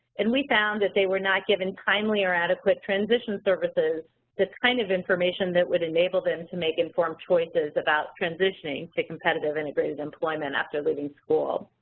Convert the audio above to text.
and we found that they were not given timely or adequate transition services. the kind of information that would enable them to make informed choices about transitioning to competitive integrated employment after leaving school.